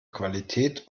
qualität